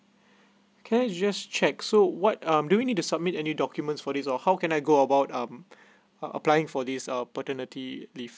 can I just check so what uh do we need to submit any documents for these uh how can I go about um applying for this uh paternity leave